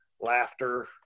laughter